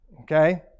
okay